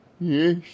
Yes